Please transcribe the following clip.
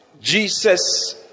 Jesus